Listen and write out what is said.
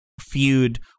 feud